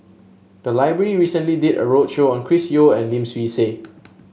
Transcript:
the library recently did a roadshow on Chris Yeo and Lim Swee Say